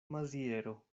maziero